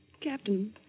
Captain